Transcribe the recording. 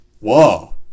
Whoa